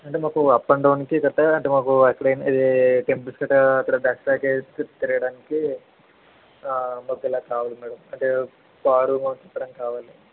అంటే మాకు up and down కి గట్ట అంటే మాకు టెంపిల్స్ కి గట్ట తిరగడానికి మాకు ఇలా కావలి మ్యాడం అంటే కారు మాకు తిరగడానికి కావాలి